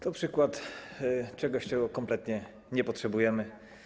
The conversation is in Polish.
To przykład czegoś, czego kompletnie nie potrzebujemy.